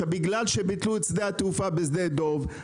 בגלל שביטלו את שדה התעופה בשדה דב,